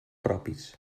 propis